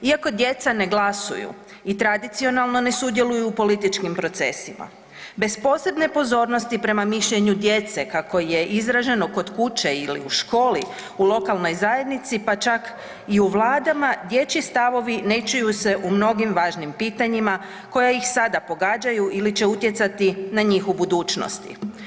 Iako djeca ne glasuju i tradicionalno ne sudjeluju u političkim procesima, bez posebne pozornosti prema mišljenju djece, kako je izraženo kod kuće ili u školi, u lokalnoj zajednici pa čak i u vladama, dječji stavovi ne čuju se u mnogim važnim pitanjima koja ih sada pogađaju ili će utjecati na njih u budućnosti.